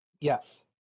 Yes